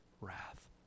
wrath